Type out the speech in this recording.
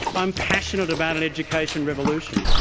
i'm passionate about an education revolution,